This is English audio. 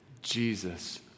Jesus